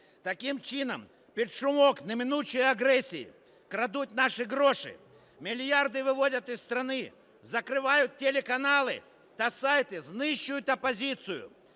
Таким чином під шумок неминучої агресії крадуть наші гроші, мільярди виводять із страны, закрывают телеканалы та сайти, знищують опозицію.